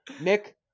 Nick